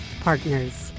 partners